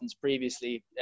previously